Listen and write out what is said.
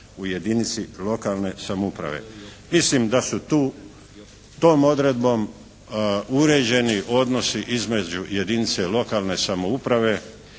u jedinice lokalne samouprave. Mislim da su to, tom odredbom uređeni odnosi između jedinice lokalne samouprave